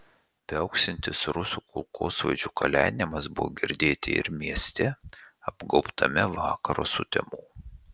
viauksintis rusų kulkosvaidžių kalenimas buvo girdėti ir mieste apgaubtame vakaro sutemų